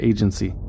Agency